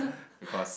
because